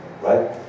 right